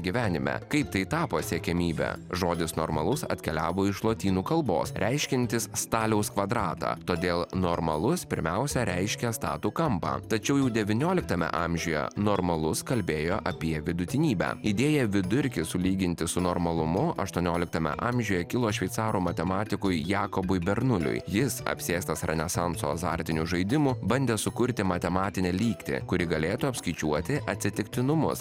gyvenime kaip tai tapo siekiamybe žodis normalus atkeliavo iš lotynų kalbos reiškiantis staliaus kvadratą todėl normalus pirmiausia reiškia statų kampą tačiau jau devynioliktame amžiuje normalus kalbėjo apie vidutinybę idėja vidurkį sulyginti su normalumu aštuonioliktame amžiuje kilo šveicarų matematikui jakobui bernuliui jis apsėstas renesanso azartinių žaidimų bandė sukurti matematinę lygtį kuri galėtų apskaičiuoti atsitiktinumus